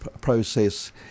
process